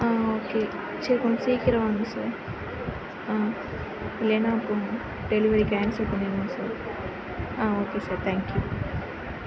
okay சரி கொஞ்சம் சீக்கரம் வாங்க சார் இல்லனா அப்புறோம் டெலிவரி கேன்சல் பண்ணிவிடுவோம் sir okay sir thank you